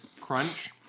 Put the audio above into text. crunch